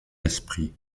esprit